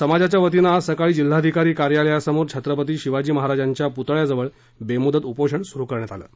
समाजाच्या वतीने आज सकाळी जिल्हाधिकारी कार्यलयासमोर छत्रपती शिवाजी महाराजांच्या पुतळ्याजवळ बेमुदत उपोषण सुरू करण्यात आलं आहे